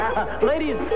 Ladies